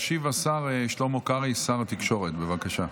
ישיב השר שלמה קרעי, שר התקשורת, בבקשה.